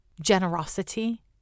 generosity